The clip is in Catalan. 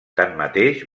tanmateix